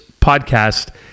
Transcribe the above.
podcast